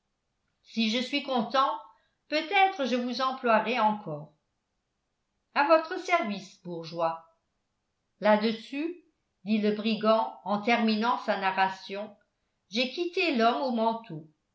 si je suis content peut-être je vous emploierai encore à votre service bourgeois là-dessus dit le brigand en terminant sa narration j'ai quitté l'homme au manteau